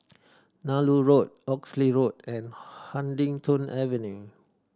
Nallur Road Oxley Road and Huddington Avenue